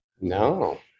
no